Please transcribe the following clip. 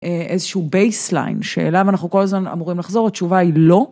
איזשהו בייס ליין שאליו אנחנו כל הזמן אמורים לחזור, התשובה היא לא.